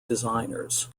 designers